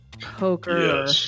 poker